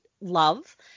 love